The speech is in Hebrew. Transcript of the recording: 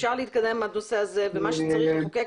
אפשר להתקדם בנושא הזה ומה שצריך לחוקק,